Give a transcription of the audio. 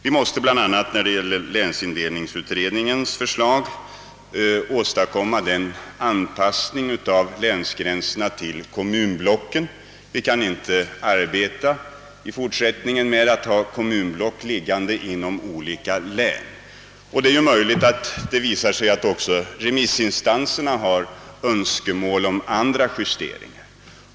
Vi måste bl.a. när det gäller länsindelningsutredningens förslag åstadkomma en anpassning av länsgränserna till kommunblocken. Man kan inte i fortsättningen ha kommunblocken delade på olika län. Det är möjligt att också remissinstanserna visar sig ha önskemål om andra justeringar.